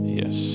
yes